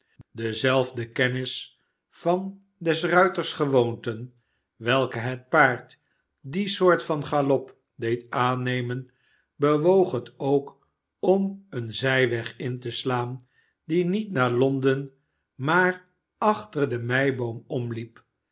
dezelfde kennis van des ruiters gewoonten welke het paard die soort van galop deed aannemen bewoog het ook om een zijweg in te slaan die niet naar londen maar achter de meiboom omliep